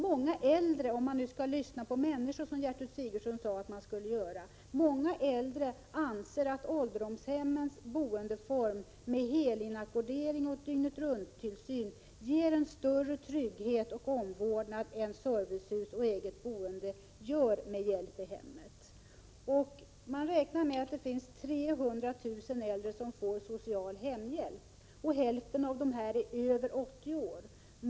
Många äldre — om man nu skall lyssna på människor, som Gertrud Sigurdsen sade att man skall göra — anser att den boendeform som ålderdomshemmen erbjuder med helinackordering och dygnet-runt-tillsyn ger större trygghet och bättre omvårdnad än servicehus och eget boende med hjälp i hemmet gör. Man räknar med att det finns 300 000 äldre som får social hemhjälp. Hälften av dessa är över 80 år.